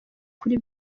kuri